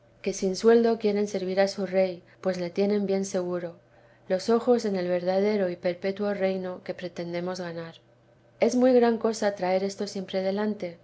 que sin sueldo quieren servir a su rey pues le tienen bien seguro los ojos en el verdadero y perpetuo reino que pretendemos ganar es muy gran cosa traer esto siempre delante